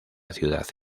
ciudad